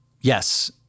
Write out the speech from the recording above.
yes